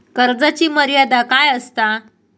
कर्जाची मर्यादा काय असता?